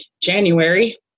January